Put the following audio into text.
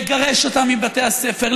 לגרש אותם מבתי הספר,